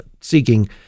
seeking